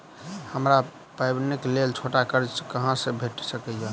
हमरा पाबैनक लेल छोट कर्ज कतऽ सँ भेटि सकैये?